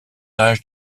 âge